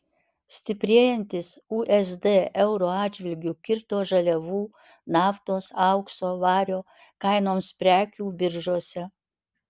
stiprėjantis usd euro atžvilgiu kirto žaliavų naftos aukso vario kainoms prekių biržose